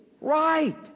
Right